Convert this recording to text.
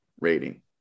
rating